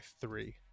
three